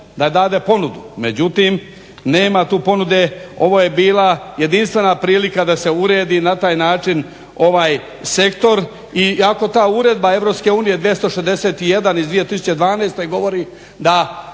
da dade ponudu, međutim nema tu ponude, ovo je bila jedinstvena prilika da se uredi na taj način taj sektor i ako ta uredba EU 261. iz 2012. govori da